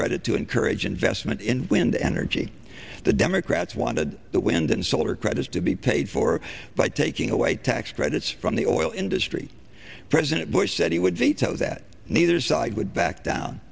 credit to encourage investment in wind energy the democrats wanted that wind and solar credits to be paid for by taking away tax credits from the oil industry president bush said he would veto that neither side would back down